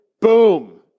boom